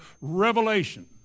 revelation